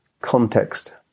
context